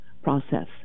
Process